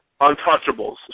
Untouchables